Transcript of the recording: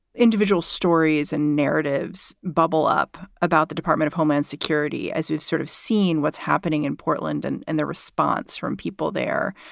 individual stories and narratives bubble up about the department of homeland security, as we've sort of seen what's happening in portland and and the response from people there.